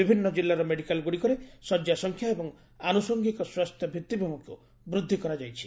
ବିଭିନ୍ନ କିଲ୍ଲାର ମେଡିକାଲ୍ଗୁଡ଼ିକରେ ଶଯ୍ୟାସଂଖ୍ୟା ଏବଂ ଆନୁଷଙ୍ଗିକ ସ୍ୱାସ୍ଥ୍ୟ ଭିଉିଭ୍ମିକୁ ବୂଧି କରାଯାଇଛି